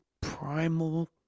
primal